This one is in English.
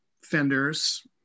Fenders